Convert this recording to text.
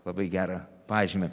labai gerą pažymį